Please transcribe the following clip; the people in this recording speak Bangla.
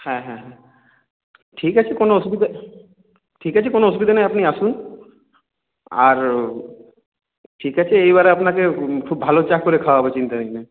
হ্যাঁ হ্যাঁ হ্যাঁ ঠিক আছে কোনো অসুবিধা ঠিক আছে কোনো অসুবিধা নেই আপনি আসুন আর ঠিক আছে এইবারে আপনাকে খুব ভালো চা করে খাওয়াবো চিন্তা নেই